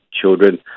children